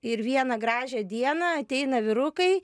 ir vieną gražią dieną ateina vyrukai